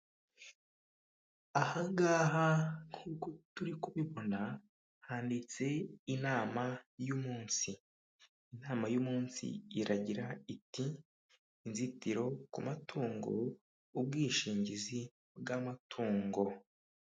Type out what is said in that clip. Aha ngaha nk'uko turi kubibona handitse inama y'umunsi, inama y'umunsi iragira iti " inzitiro ku matungo ubwishingizi bw'amatungo."